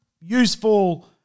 useful